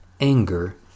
anger